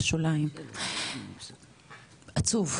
עצוב,